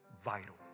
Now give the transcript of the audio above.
Vital